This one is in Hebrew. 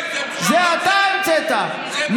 פשרות?